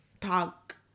talk